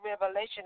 revelation